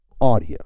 audio